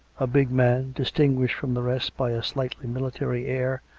a big man, distinguished from the rest by a slightly military air,